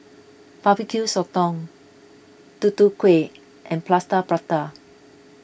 Barbecue Sotong Tutu Kueh and Plaster Prata